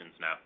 now